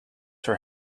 her